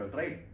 right